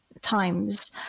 times